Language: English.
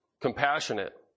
compassionate